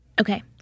Okay